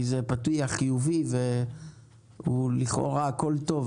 כי זה פתיח חיובי ולכאורה הכול טוב,